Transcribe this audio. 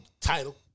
title